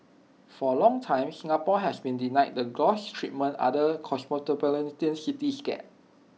for A long time Singapore has been denied the gloss treatment other cosmopolitan cities get